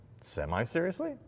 Semi-seriously